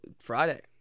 Friday